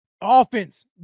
Offense